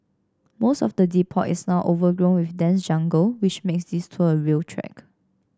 most of the depot is now overgrown with dense jungle which makes this tour a real trek